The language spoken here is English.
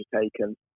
taken